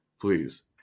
please